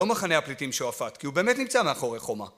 או מחנה הפליטים שועפט, כי הוא באמת נמצא מאחורי חומה